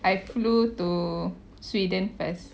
I flew to sweden first